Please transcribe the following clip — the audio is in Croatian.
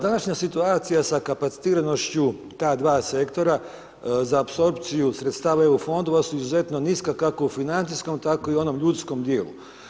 Današnja situacija sa kapacitiranošću ta dva sektora, za apsorpciju sredstava EU fondova su izuzetno niska, kako u financijskom, tako i u onom ljudskom dijelu.